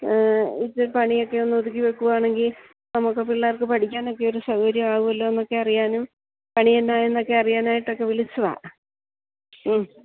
ഇച്ചിരി പണിയൊക്കെ ഒന്ന് ഒതുക്കി വയ്ക്കുകയാണെങ്കില് നമുക്ക് പിള്ളേർക്ക് പഠിക്കാനൊക്കെ ഒരു സൗകാര്യമാകുമല്ലോ എന്നൊക്കെ അറിയാനും പണിയെന്നായെന്നായെന്നൊക്കെ അറിയാനായിട്ടൊക്കെ വിളിച്ചതാണ് ഉം